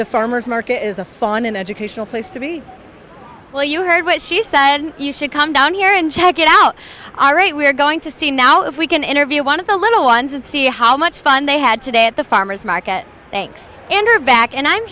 the farmer's market is a fun and educational place to be well you heard what she said you should come down here and check it out all right we're going to see now if we can interview one of the little ones and see how much fun they had today at the farmer's market banks and her back and i'm